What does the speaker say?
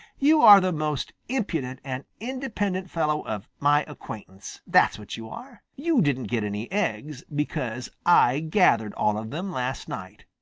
you are the most impudent and independent fellow of my acquaintance. that's what you are. you didn't get any eggs, because i gathered all of them last night.